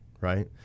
right